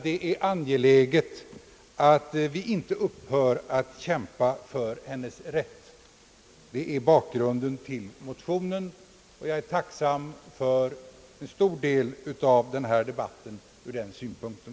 Det är angeläget att vi inte upphör att kämpa för hennes rätt. Det är bakgrunden till motionen, och jag är tacksam för debatten ur den synpunkten.